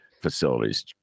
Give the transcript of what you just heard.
facilities